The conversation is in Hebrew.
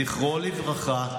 זכרו לברכה,